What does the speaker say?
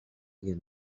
you